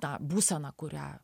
tą būseną kurią